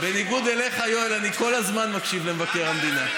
בניגוד לך, יואל, אני כל הזמן מקשיב למבקר המדינה.